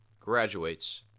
graduates